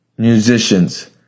Musicians